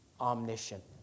omniscient